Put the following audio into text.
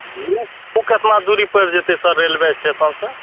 ओ कतना दूरी पड़ि जएतै सर रेलवे स्टेशनसे